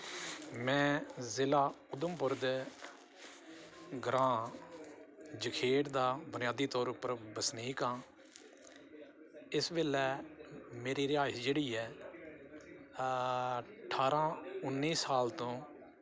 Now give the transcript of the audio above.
में जि'ला उधमपुर दे ग्रां जखेड़ दा बुनियादी तौर पर बसनीक आं इस बेल्लै मेरे रिहाश जेह्ड़ी ऐ ठारां उन्नी साल तों